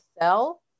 sell